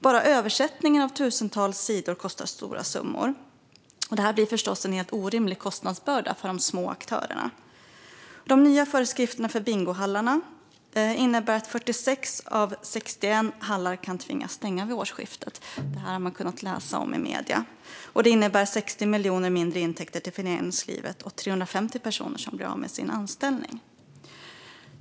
Bara översättningen av tusentals sidor kostar stora summor. Detta blir förstås en helt orimlig kostnadsbörda för de små aktörerna. De nya föreskrifterna för bingohallarna innebär att 46 av 61 hallar kan tvingas stänga vid årsskiftet. Det har man kunnat läsa om i medierna. Det innebär 60 miljoner i mindre intäkter till föreningslivet och 350 personer som blir av med sin anställning.